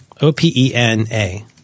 O-P-E-N-A